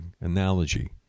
analogy